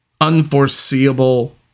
unforeseeable